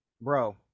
bro